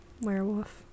Werewolf